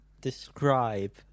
describe